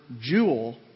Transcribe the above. jewel